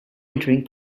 entering